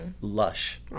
lush